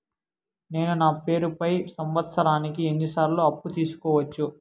నేను నా పేరుపై సంవత్సరానికి ఎన్ని సార్లు అప్పు తీసుకోవచ్చు?